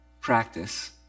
practice